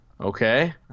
Okay